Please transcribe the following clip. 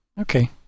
Okay